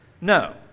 No